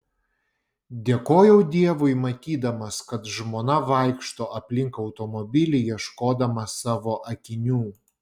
dėkojau dievui matydamas kad žmona vaikšto aplink automobilį ieškodama savo akinių